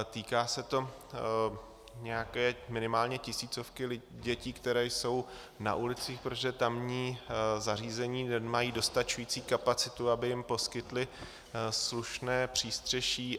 Týká se to nějaké minimálně tisícovky dětí, které jsou na ulicích, protože tamní zařízení nemají dostačující kapacitu, aby jim poskytly slušné přístřeší.